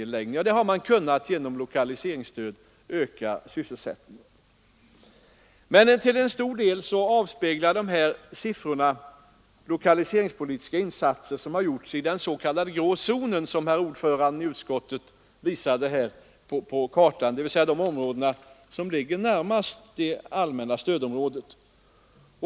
Där har man genom lokaliseringsstöd kunnat öka sysselsättningen. Till stor del avspeglar dessa siffror lokaliseringspolitiska insatser som har gjorts i den s.k. grå zonen, som herr ordföranden i inriksutskottet visade på kartan, dvs. de områden som ligger närmast det allmänna stödområdet.